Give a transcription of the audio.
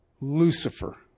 Lucifer